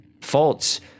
faults